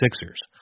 Sixers